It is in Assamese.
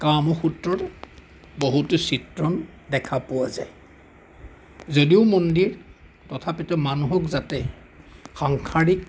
কামসূত্ৰৰ বহুতো চিত্ৰণ দেখা পোৱা যায় যদিও মন্দিৰ তথাপিতো মানুহক যাতে সাংসাৰিক